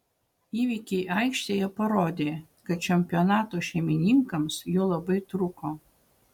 įvykiai aikštėje parodė kad čempionato šeimininkams jų labai trūko